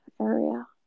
area